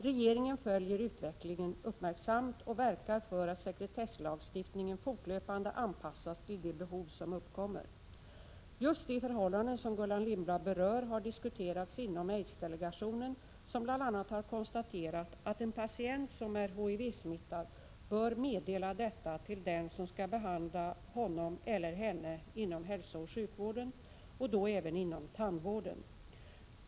Regeringen följer utvecklingen uppmärksamt och verkar för att sekretesslagstiftningen fortlöpande anpassas till de behov som uppkommer. Just de förhållanden som Gullan Lindblad berör har diskuterats inom aidsdelegationen, som bl.a. har konstaterat att en patient som är HIV-smittad bör meddela detta till den som skall behandla honom eller henne inom hälsooch sjukvården, och då även inom tandvården.